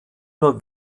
nur